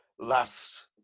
last